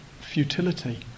futility